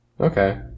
Okay